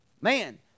man